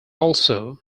also